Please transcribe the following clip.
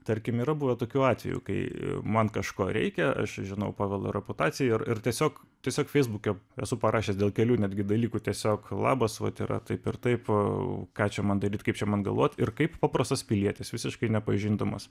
tarkim yra buvę tokių atvejų kai man kažko reikia aš žinau pagal reputaciją ir tiesiog tiesiog feisbuke esu parašęs dėl kelių netgi dalykų tiesiog labas vat yra taip ir taip o ką čia man daryti kaip čia man galvoti ir kaip paprastas pilietis visiškai nepažindamas